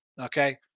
Okay